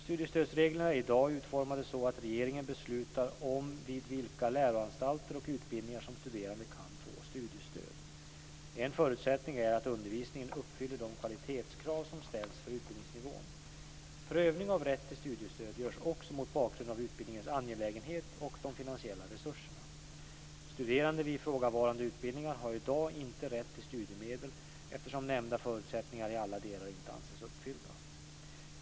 Studiestödsreglerna är i dag utformade så att regeringen beslutar om vid vilka läroanstalter och utbildningar som studerande kan få studiestöd. En förutsättning är att undervisningen uppfyller de kvalitetskrav som ställs för utbildningsnivån. Prövning av rätt till studiestöd görs också mot bakgrund av utbildningens angelägenhet och de finansiella resurserna. Studerande vid ifrågavarande utbildningar har i dag inte rätt till studiemedel eftersom nämnda förutsättningar i alla delar inte anses uppfyllda.